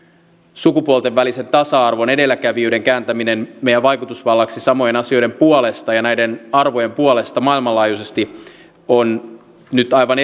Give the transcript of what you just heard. sukupuolten välisen tasa arvon edelläkävijyyden kääntäminen meidän vaikutusvallaksi samojen asioiden puolesta ja näiden arvojen puolesta maailmanlaajuisesti on nyt aivan